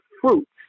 fruits